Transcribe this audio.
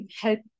help